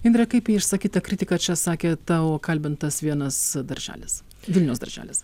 indre kaip į išsakytą kritiką čia sakė tau kalbintas vienas darželis vilniaus darželis